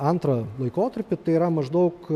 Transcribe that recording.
antrą laikotarpį tai yra maždaug